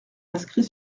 inscrit